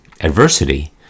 adversity